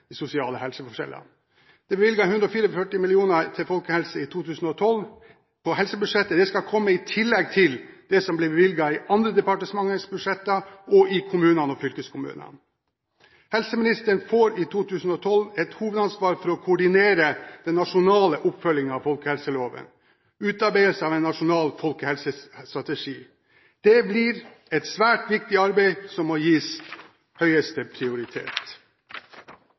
de sosiale helseforskjellene. Det er bevilget 144 mill. kr til folkehelse i 2012 på helsebudsjettet. Det skal komme i tillegg til det som blir bevilget i andre departementers budsjetter og i kommunene og fylkeskommunene. Helseministeren får i 2012 et hovedansvar for å koordinere den nasjonale oppfølgingen av folkehelseloven, utarbeidelse av en nasjonal folkehelsestrategi. Det blir et svært viktig arbeid som må gis høyeste prioritet.